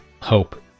hope